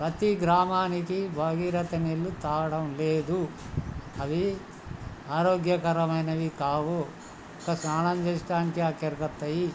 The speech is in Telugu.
ప్రతి గ్రామానికి భగీరథ నీళ్ళు తాగడం లేదు అవి ఆరోగ్యకరమైనవి కావు ఒక స్నానం చేయడానికే అవసరమవుతాయి